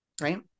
Right